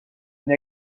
une